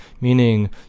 meaning